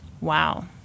Wow